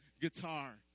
guitar